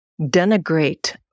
denigrate